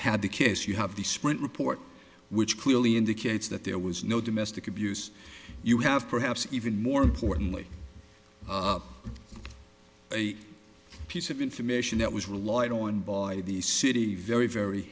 had the case you have the sprint report which clearly indicates that there was no domestic abuse you have perhaps even more importantly a piece of information that was relied on the city very very